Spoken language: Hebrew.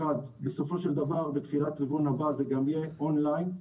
ובסופו של דבר בתחילת הרבעון הבא זה גם יהיה אונליין,